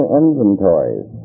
inventories